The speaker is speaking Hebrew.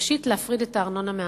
ראשית, להפריד את הארנונה מהמים.